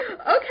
Okay